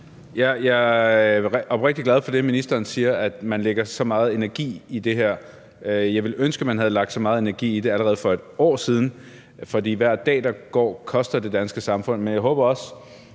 Jeg er oprigtig glad for det, ministeren siger, om, at man lægger så meget energi i det her. Jeg ville ønske, man havde lagt så meget energi i det allerede for et år siden, for hver dag der går, koster det danske samfund. Men jeg håber også,